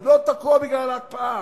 הוא לא תקוע בגלל ההקפאה.